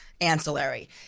ancillary